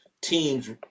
teams